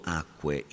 acque